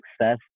success